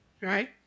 right